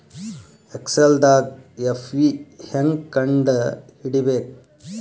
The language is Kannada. ಎಕ್ಸೆಲ್ದಾಗ್ ಎಫ್.ವಿ ಹೆಂಗ್ ಕಂಡ ಹಿಡಿಬೇಕ್